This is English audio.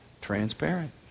transparent